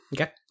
Okay